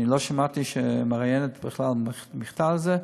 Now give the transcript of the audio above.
אני לא שמעתי שהמראיינת מחתה על זה,